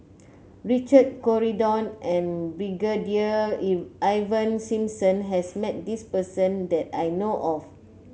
Richard Corridon and Brigadier Ivan Simson has met this person that I know of